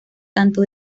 tanto